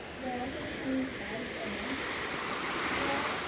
they'll also be coming twice a month throughout.